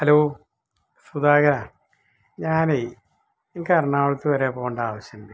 hello സുധാകരാ ഞാൻ എനിക്ക് എറണാകുളത്ത് വരെ പോകേണ്ട ആവിശ്യമുണ്ട്